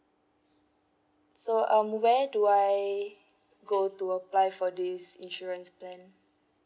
so um where do I go to apply for this insurance plan